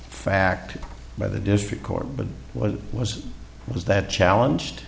fact by the district court but what was it was that challenge